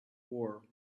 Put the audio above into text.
war